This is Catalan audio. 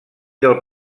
del